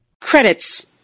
Credits